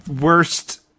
worst